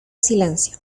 silencio